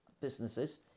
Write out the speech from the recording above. businesses